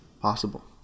Possible